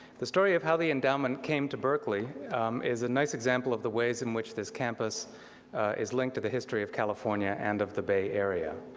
the story of how the endowment came to berkeley is a nice example of the ways in which this campus is linked to the history of california and of the bay area.